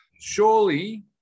surely